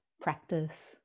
practice